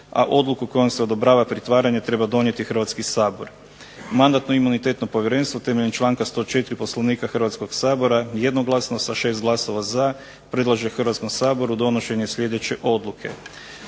a odluku kojom se odobrava pritvaranje treba donijeti Hrvatski sabor. Mandatno-imunitetno povjerenstvo temeljem članka 104. Poslovnika Hrvatskog sabora jednoglasno sa 6 glasova za predlaže Hrvatskom saboru donošenje sljedeće odluke: